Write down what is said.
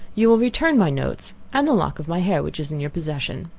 you will return my notes, and the lock of my hair which is in your possession.